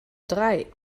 drei